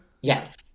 Yes